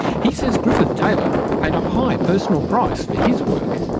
he says griffith taylor paid a high personal price for his work.